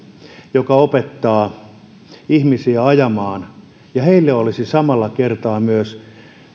joka opettaa ihmisiä ajamaan ja heillä olisi samalla kertaa myös